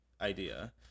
idea